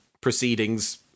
proceedings